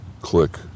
click